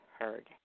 heard